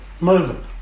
moving